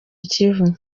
kivu